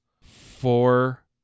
four